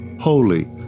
Holy